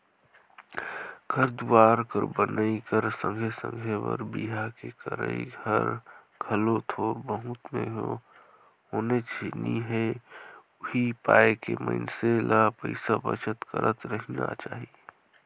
घर दुवार कर बनई कर संघे संघे बर बिहा के करई हर घलो थोर बहुत में होनेच नी हे उहीं पाय के मइनसे ल पइसा बचत करत रहिना चाही